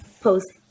post